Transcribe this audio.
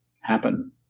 happen